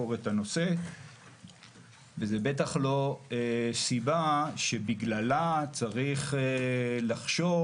לחקור את הנושא וזה בטח לא סיבה שבגללה צריך לחשוב